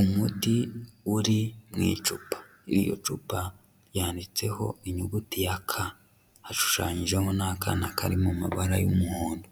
Umuti uri mu icupa niyo icupa yanditseho inyuguti ya ka hashushanyijeho n'akana kari mu mabara y'umuhondo.